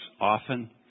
often